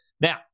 Now